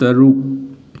ꯇꯔꯨꯛ